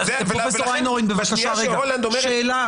שאלה.